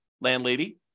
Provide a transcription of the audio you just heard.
landlady